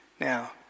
Now